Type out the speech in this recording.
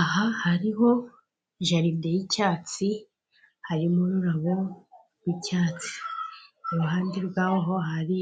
Aha hariho jaride y'icyatsi harimo ururabo rw'icyatsi iruhande rwaho hari